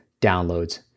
downloads